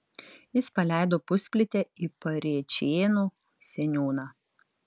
jis paleido pusplytę į parėčėnų seniūną